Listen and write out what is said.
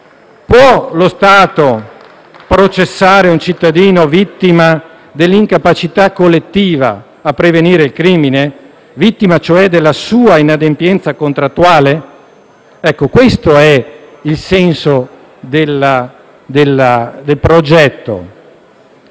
Può lo Stato processare un cittadino vittima dell'incapacità collettiva di prevenire il crimine, vittima, cioè, della sua inadempienza contrattuale? Questo è il senso del progetto.